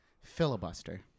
Filibuster